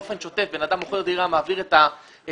באופן שוטף בן אדם מוכר דירה ומעביר את הכסף